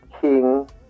King